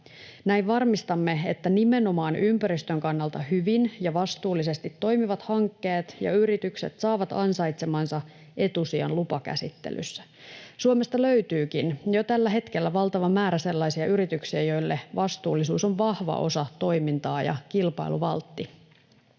Näin varmistamme, että nimenomaan ympäristön kannalta hyvin ja vastuullisesti toimivat hankkeet ja yritykset saavat ansaitsemansa etusijan lupakäsittelyssä. Suomesta löytyykin jo tällä hetkellä valtava määrä sellaisia yrityksiä, joille vastuullisuus on vahva osa toimintaa ja kilpailuvaltti.